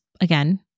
again